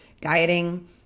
dieting